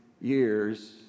years